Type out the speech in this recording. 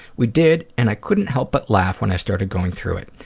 we did and i couldn't help but laugh when i started going through it.